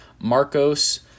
Marcos